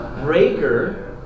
breaker